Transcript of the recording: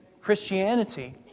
Christianity